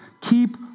Keep